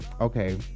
okay